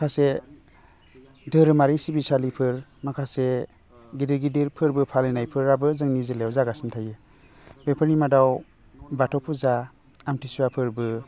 माखासे धोरोमारि सिबिसालिफोर माखासे गिदिर गिदिर फोरबो फालिनायफोराबो जोंनि जिल्लायाव जागासिनो थायो बेफोरनि मादाव बाथौ फुजा आथिसुवा फोरबो